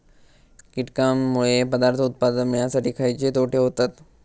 कीटकांनमुळे पदार्थ उत्पादन मिळासाठी खयचे तोटे होतत?